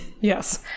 Yes